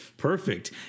Perfect